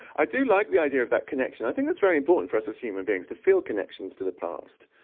i do like the idea of that connection. i think that's very important for us as human beings to feel connections to the past.